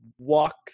walk